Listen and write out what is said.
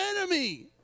enemy